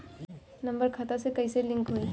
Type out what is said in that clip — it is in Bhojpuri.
नम्बर खाता से कईसे लिंक होई?